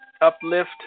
Uplift